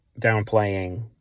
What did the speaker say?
downplaying